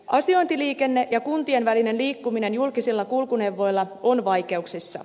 asiointiliikenne ja kuntien välinen liikkuminen julkisilla kulkuneuvoilla on vaikeuksissa